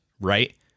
Right